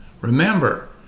Remember